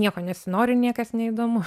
nieko nesinori ir niekas neįdomu